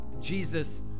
Jesus